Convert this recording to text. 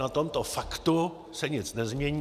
Na tomto faktu se nic nezmění.